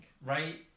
right